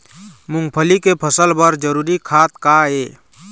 मूंगफली के फसल बर जरूरी खाद का ये?